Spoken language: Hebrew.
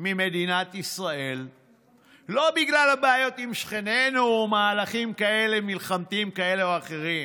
ממדינת ישראל לא בגלל הבעיות עם שכנינו או מהלכים מלחמתיים כאלה ואחרים